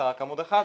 זה רק עמוד אחד,